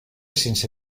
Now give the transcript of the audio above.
sense